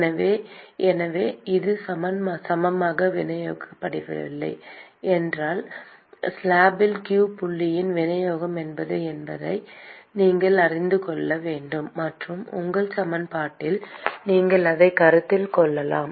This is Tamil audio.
எனவே எனவே அது சமமாக விநியோகிக்கப்படவில்லை என்றால் ஸ்லாப்பில் q புள்ளியின் விநியோகம் என்ன என்பதை நீங்கள் அறிந்து கொள்ள வேண்டும் மற்றும் உங்கள் சமன்பாட்டில் நீங்கள் அதை கருத்தில் கொள்ளலாம்